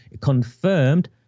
confirmed